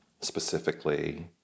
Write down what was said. specifically